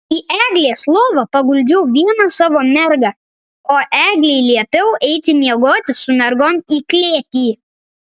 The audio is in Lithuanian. į eglės lovą paguldžiau vieną savo mergą o eglei liepiau eiti miegoti su mergom į klėtį